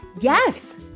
Yes